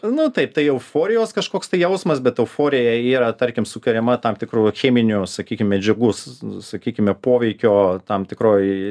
nu taip tai euforijos kažkoks tai jausmas bet euforija yra tarkim sukuriama tam tikrų cheminių sakykim medžiagų s sakykime poveikio tam tikroj